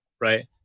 Right